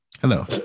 hello